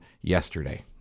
yesterday